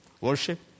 worship